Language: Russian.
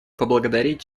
поблагодарить